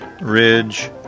Ridge